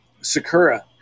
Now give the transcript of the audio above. Sakura